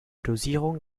dosierung